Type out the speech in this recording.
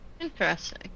Interesting